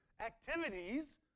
activities